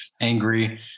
angry